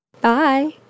Bye